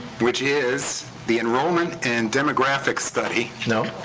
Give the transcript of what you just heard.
which is the enrollment and demographics study. no.